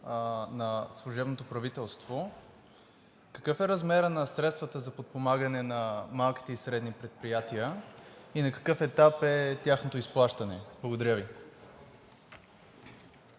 на служебното правителство какъв е размерът на средствата за подпомагане на малките и средните предприятия и на какъв етап е тяхното изплащане? Благодаря Ви.